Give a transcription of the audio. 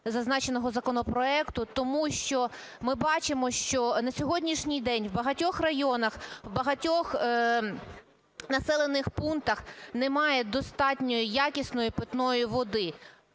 зазначеного законопроекту, тому що ми бачимо, що на сьогоднішній день в багатьох районах, в багатьох населених пунктах немає достатньо якісної питної води.